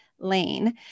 lane